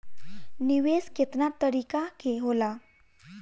निवेस केतना तरीका के होला?